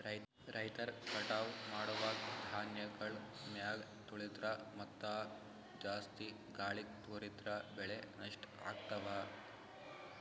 ರೈತರ್ ಕಟಾವ್ ಮಾಡುವಾಗ್ ಧಾನ್ಯಗಳ್ ಮ್ಯಾಲ್ ತುಳಿದ್ರ ಮತ್ತಾ ಜಾಸ್ತಿ ಗಾಳಿಗ್ ತೂರಿದ್ರ ಬೆಳೆ ನಷ್ಟ್ ಆಗ್ತವಾ